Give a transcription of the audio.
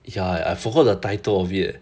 ya I forgot the title of it eh